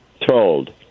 told